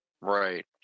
Right